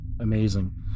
Amazing